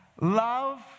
love